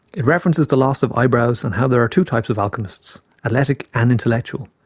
it references the loss of eyebrows and how there are two types of chemists, athletic and intellectual.